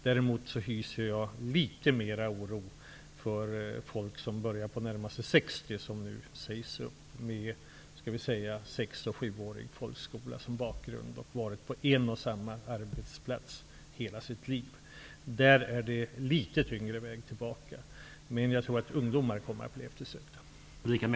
Däremot hyser jag litet mera oro för folk som börjar närma sig 60 år som nu sägs upp, som har sex eller sjuårig folkskola som bakgrund och som varit på en och samma arbetsplats hela sitt liv. Där är det en litet tyngre väg tillbaka. Men jag tror som sagt att ungdomarna kommer att bli eftersökta.